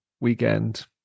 weekend